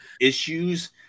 issues